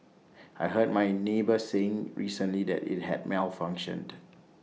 I heard my neighbour saying recently that IT had malfunctioned